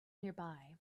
nearby